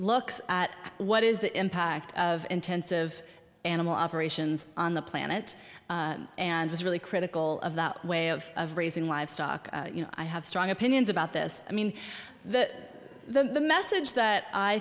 look at what is the impact of intensive animal operations on the planet and was really critical of that way of of raising livestock you know i have strong opinions about this i mean that the message that i